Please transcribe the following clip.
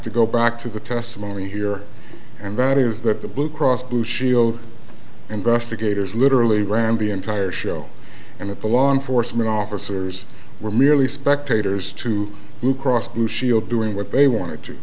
to go back to the testimony here and that is that the blue cross blue shield investigators literally ran the entire show and at the law enforcement officers were merely spectators to blue cross blue shield doing what they want to do